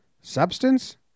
substance